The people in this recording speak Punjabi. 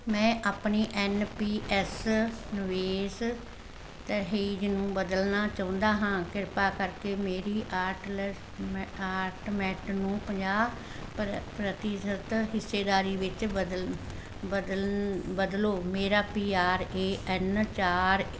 ਮੈਂ ਆਪਣੀ ਐੱਨ ਪੀ ਐੱਸ ਨਿਵੇਸ਼ ਤਰਹੀਜ ਨੂੰ ਬਦਲਣਾ ਚਾਹੁੰਦਾ ਹਾਂ ਕਿਰਪਾ ਕਰਕੇ ਮੇਰੀ ਆਟਲਰਮੈਆਟਮੈਟ ਨੂੰ ਪੰਜਾਹ ਪ੍ਰਤੀ ਪ੍ਰਤੀਸ਼ਤ ਹਿੱਸੇਦਾਰੀ ਵਿੱਚ ਬਦਲ ਬਦਲਨ ਬਦਲੋ ਮੇਰਾ ਪੀ ਆਰ ਏ ਐੱਨ ਚਾਰ